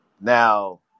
now